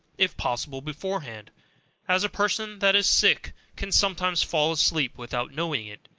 if possible, beforehand as a person that is sick, can sometimes fall asleep without knowing it,